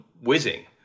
whizzing